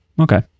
Okay